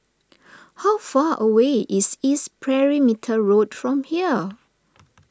how far away is East Perimeter Road from here